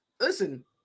Listen